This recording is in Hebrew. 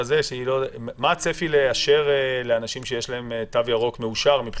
מה הצפי לאשר לאנשים שיש להם תו ירוק מאושר?